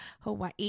Hawaii